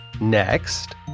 Next